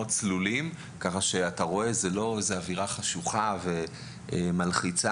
צלולים ואין אווירה חשוכה ומלחיצה.